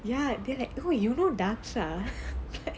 ya they like who you know dakshar